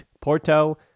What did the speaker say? Porto